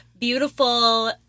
beautiful